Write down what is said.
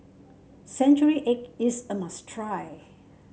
Century Egg is a must try